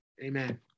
Amen